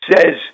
says